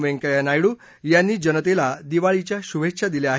व्यंकय्या नायडू यांनी जनतेला दिवाळीच्या शुभेच्छा दिल्या आहेत